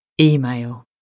email